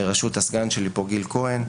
בראשות הסגן שלי גיל כהן,